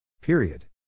Period